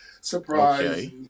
surprise